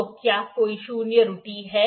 तो क्या कोई शून्य त्रुटि है